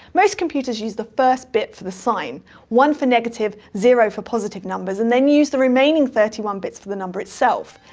most computers use the first bit for the sign one for negative, zero for positive numbers, and then use the remaining thirty one bits for the number itself.